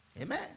Amen